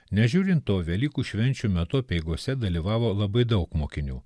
nežiūrint to velykų švenčių metu apeigose dalyvavo labai daug mokinių